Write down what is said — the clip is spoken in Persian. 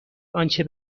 آنچه